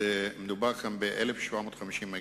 מדובר כאן ב-1,750 מגוואט.